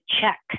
check